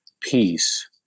peace